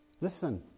Listen